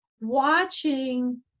watching